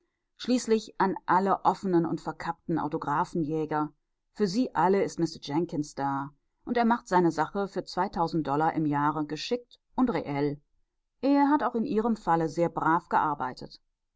schließlich an alle offenen und verkappten autographenjäger für sie alle ist mister jenkins da und er machte seine sache für zweitausend dollar im jahre geschickt und reell er hat auch in ihrem falle sehr brav gearbeitet